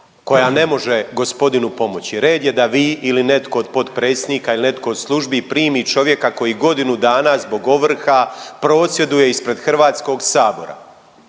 koja ne može gospodinu pomoći. Red je da vi ili netko od potpredsjednika ili netko od službi primi čovjeka koji godinu dana zbog ovrha prosvjeduje ispred HS-a.